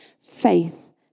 faith